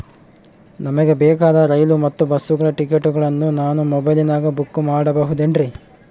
ನಮಗೆ ಬೇಕಾದ ರೈಲು ಮತ್ತ ಬಸ್ಸುಗಳ ಟಿಕೆಟುಗಳನ್ನ ನಾನು ಮೊಬೈಲಿನಾಗ ಬುಕ್ ಮಾಡಬಹುದೇನ್ರಿ?